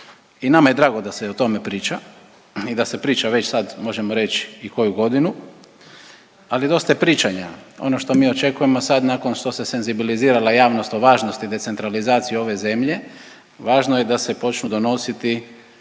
i nama je drago da se i o tome priča i da se priča već sad možemo i koju godinu, ali dosta je pričanja. Ono što mi očekujemo sad nakon što se senzibilizirala javnost o važnosti decentralizacije ove zemlje. Važno je da se počnu donositi